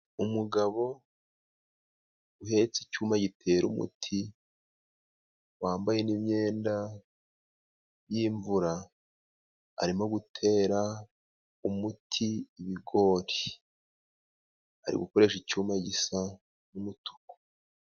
Umugabo uhetse icyuma gitera umuti, wambaye n imiyenda yimvura arimo gutera umuti ibigori, ari gukoresha icyuma gisa n n'umutuku.